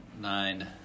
Nine